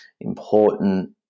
important